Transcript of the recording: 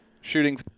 shooting